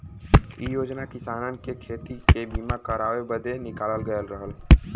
इ योजना किसानन के खेती के बीमा करावे बदे निकालल गयल रहल